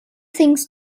things